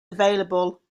available